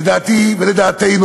לדעתי ולדעתנו,